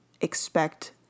expect